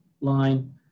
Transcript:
line